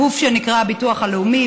הגוף שנקרא הביטוח הלאומי,